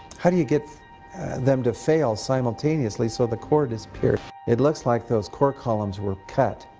how do you get them to fail simultaneously so the core disappeared? it looks like those core columns were cut.